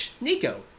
Nico